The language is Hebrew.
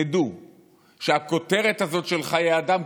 תדעו שהכותרת הזאת של חיי אדם,